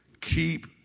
Keep